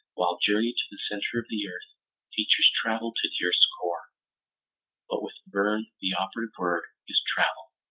while journey to the center of the earth features travel to the earth's core. but with verne the operative word is travel,